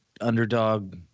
underdog